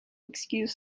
excuse